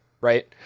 right